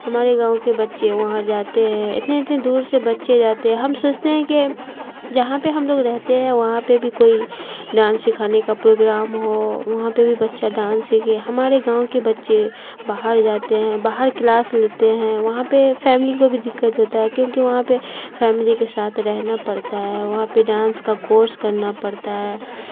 ہمارے گاؤں کے بچے وہاں جاتے ہیں اتنے اتنے دور سے بچے جاتے ہیں ہم سوچتے ہیں کہ جہاں پہ ہم لوگ رہتے ہیں وہاں پہ بھی کوئی ڈانس سکھانے کا پروگرام ہو وہاں پہ بھی بچہ ڈانس سیکھے ہمارے گاؤں کے بچے باہر جاتے ہیں باہر کلاس لیتے ہیں وہاں پہ فیملی کو بھی دقت ہوتا ہے کیونکہ وہاں پہ فیملی کے ساتھ رہنا پڑتا ہے وہاں پہ ڈانس کا کورس کرنا پڑتا ہے